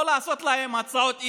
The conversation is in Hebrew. לא לעשות להם הצעות אי-אמון.